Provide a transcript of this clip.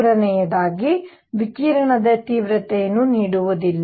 ಸಂಖ್ಯೆ 3 ವಿಕಿರಣದ ತೀವ್ರತೆಯನ್ನು ನೀಡುವುದಿಲ್ಲ